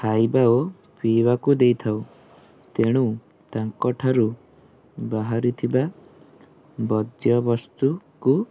ଖାଇବା ଆଉ ପିଇବାକୁ ଦେଇଥାଉ ତେଣୁ ତାଙ୍କ ଠାରୁ ବାହାରୁଥିବା ବର୍ଜ୍ୟବସ୍ତୁକୁ